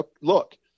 look